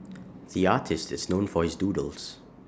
the artist is known for his doodles